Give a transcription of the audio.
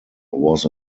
was